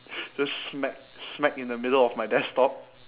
just smack smack in the middle of my desktop